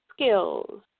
skills